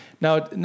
Now